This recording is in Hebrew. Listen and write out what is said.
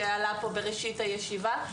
שעלו פה בראשית הישיבה.